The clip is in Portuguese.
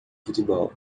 futebol